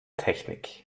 technik